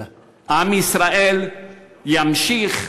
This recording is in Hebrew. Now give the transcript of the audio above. עם ישראל ימשיך,